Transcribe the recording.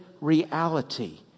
reality